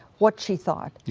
what she thought. yeah